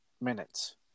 minutes